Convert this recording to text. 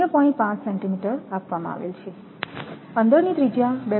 5 centimetre આપવામાં આવેલ છે અંદરની ત્રિજ્યા 2